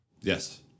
Yes